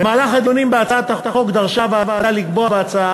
במהלך הדיונים בהצעת החוק דרשה הוועדה לקבוע בהצעה